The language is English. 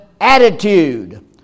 attitude